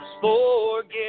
forget